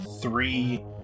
three